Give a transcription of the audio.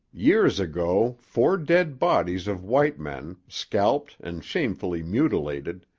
years ago four dead bodies of white men, scalped and shamefully mutilated,